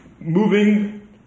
moving